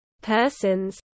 persons